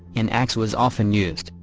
an ax was often used,